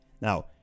Now